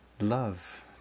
love